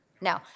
No